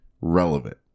relevant